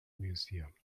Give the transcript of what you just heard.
museum